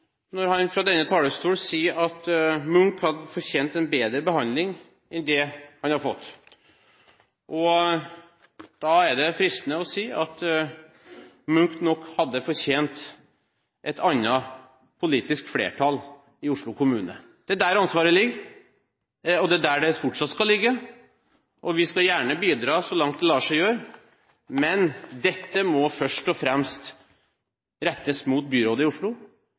når han fra denne talerstol sier at Munch hadde fortjent en bedre behandling enn det han har fått. Da er det fristende å si at Munch nok hadde fortjent et annet politisk flertall i Oslo kommune. Det er der ansvaret ligger, og det er der det fortsatt skal ligge. Vi skal gjerne bidra så langt det lar seg gjøre, men dette må først og fremst rettes mot byrådet i Oslo,